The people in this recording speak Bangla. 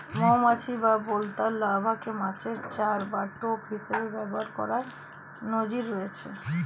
মৌমাছি বা বোলতার লার্ভাকে মাছের চার বা টোপ হিসেবে ব্যবহার করার নজির রয়েছে